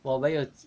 我们有